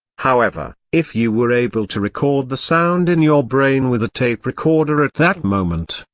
however, if you were able to record the sound in your brain with a tape recorder at that moment,